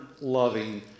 loving